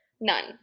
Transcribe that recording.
None